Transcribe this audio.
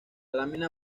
lámina